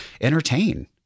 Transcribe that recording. entertain